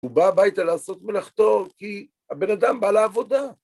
הוא בא הביתה לעשות מלאכתו כי הבן אדם בא לעבודה.